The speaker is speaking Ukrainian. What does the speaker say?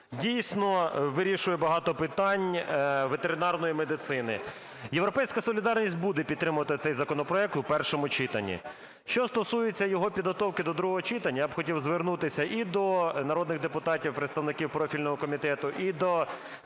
Дійсно, вирішує багато питань ветеринарної медицини. "Європейська солідарність" буде підтримувати цей законопроект у першому читанні. Що стосується його підготовки до другого читання. Я б хотів звернутися і до народних депутатів представників профільного комітету, і до